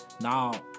now